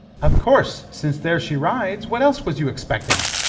of course, since there she rides. what else was you expecting?